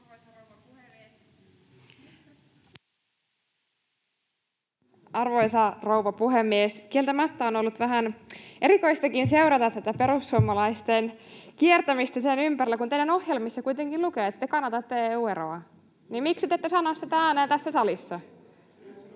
Arvoisa rouva puhemies! Kieltämättä on ollut vähän erikoistakin seurata tätä perussuomalaisten kiertämistä sen ympärillä, että kun teidän ohjelmissanne kuitenkin lukee, että te kannatatte EU-eroa, niin miksi te ette sano sitä ääneen tässä salissa.